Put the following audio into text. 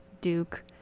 Duke